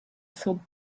throw